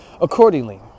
Accordingly